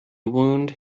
wound